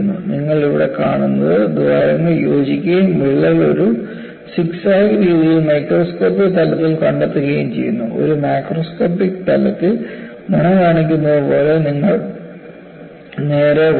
നിങ്ങൾ ഇവിടെ കാണുന്നത് ദ്വാരങ്ങൾ യോജിക്കുകയും വിള്ളൽ ഒരു സിഗ്സാഗ് രീതിയിൽ മൈക്രോസ്കോപ്പിക് തലത്തിൽ കണ്ടെത്തുകയും ചെയ്യുന്നു ഒരു മാക്രോസ്കോപ്പിക് തലത്തിൽ മുന കാണിക്കുന്നതുപോലെ ഇത് നേരെ പോകുന്നു